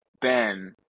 Ben